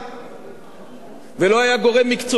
ולא היה גורם מקצועי אחד שחשב שצריך